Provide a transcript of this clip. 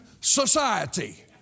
society